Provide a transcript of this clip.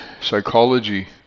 psychology